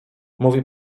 mówi